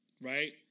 right